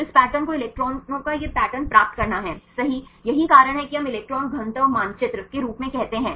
तो इस पैटर्न को इलेक्ट्रॉनों का यह पैटर्न प्राप्त करना है सही यही कारण है कि हम इलेक्ट्रॉन घनत्व मानचित्र के रूप में कहते हैं